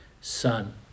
son